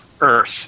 Earth